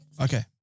Okay